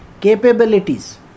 Capabilities